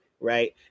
right